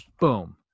boom